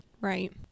Right